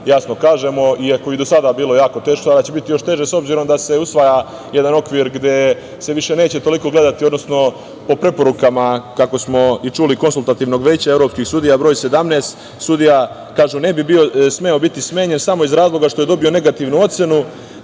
jasno kažemo, iako je i do sada bilo jako teško. Sada će biti još teže, s obzirom na to da se usvaja jedan okvir gde se više neće toliko gledati, odnosno po preporukama, kako smo i čuli, Konsultativnog veća evropskih sudija, broj 17, gde kažu – sudija ne bi smeo biti smenjen samo iz razloga što je dobio negativnu ocenu,